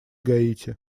гаити